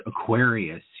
Aquarius